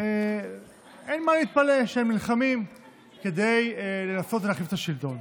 ואין מה להתפלא שהם נלחמים כדי לנסות ולהחליף את השלטון.